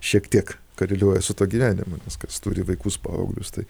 šiek tiek koreliuoja su tuo gyvenimu nes kas turi vaikus paauglius tai